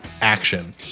action